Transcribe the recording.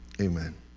Amen